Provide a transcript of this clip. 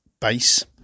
base